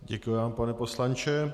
Děkuji vám, pane poslanče.